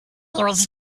was